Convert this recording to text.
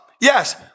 Yes